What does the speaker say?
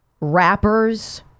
rappers